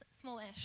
smallish